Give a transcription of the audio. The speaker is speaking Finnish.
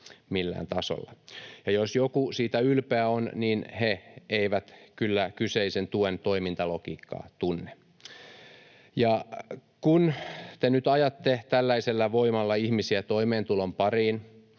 millään tasolla. Ja jos joku siitä ylpeä on, niin he eivät kyllä kyseisen tuen toimintalogiikkaa tunne. Kun te nyt ajatte tällaisella voimalla ihmisiä toimeentulotuen pariin,